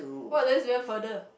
!wah! that's even further